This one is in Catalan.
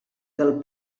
del